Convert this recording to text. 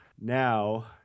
now